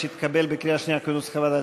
סעיף 5 התקבל בקריאה שנייה, כנוסח הוועדה.